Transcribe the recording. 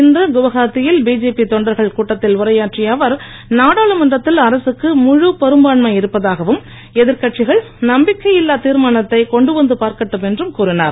இன்று குவஹாத்தியில் பிஜேபி தொண்டர்கள் கூட்டத்தில் உரையாற்றிய அவர் நாடாளுமன்றத்தில் அரசுக்கு முழு பெரும்பான்மை இருப்பதாகவும் எதிர்கட்சிகள் நம்பிக்கை இல்லா தீர்மானம் கொண்டு வந்து பார்க்கட்டும் என்றும் கூறினார்